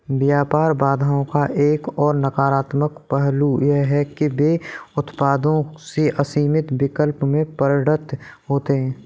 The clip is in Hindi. व्यापार बाधाओं का एक और नकारात्मक पहलू यह है कि वे उत्पादों के सीमित विकल्प में परिणत होते है